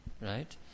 Right